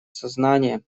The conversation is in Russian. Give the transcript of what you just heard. сознание